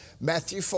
Matthew